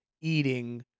eating